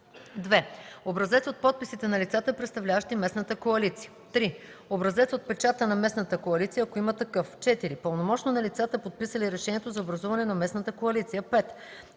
2. образец от подписите на лицата, представляващи местната коалиция; 3. образец от печата на местната коалиция, ако има такъв; 4. пълномощни на лицата, подписали решението за образуване на местната коалиция; 5.